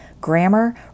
grammar